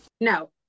No